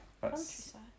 Countryside